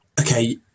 okay